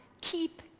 keep